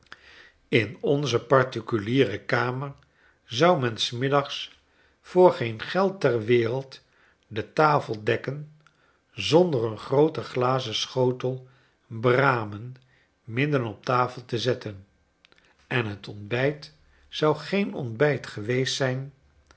in onze particuliere kamer zou men smiddags voor geen geld ter wereldde tafel dekkenzonder een grooten glazen schotel bramen midden op tafel te zetten en het ontbijt zou geen ontbijt geweest zijn